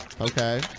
Okay